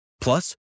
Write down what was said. Plus